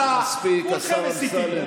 אז החבר שלך עולה ואומר, חבר הכנסת סגלוביץ',